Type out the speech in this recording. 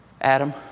Adam